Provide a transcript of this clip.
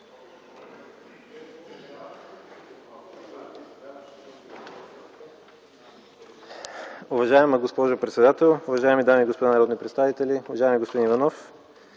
Уважаема госпожо председател, уважаеми дами и господа народни представители! Уважаеми господин